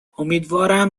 امیدوارم